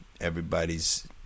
everybody's